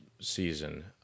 season